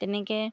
তেনেকৈ